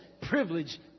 privilege